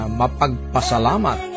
mapagpasalamat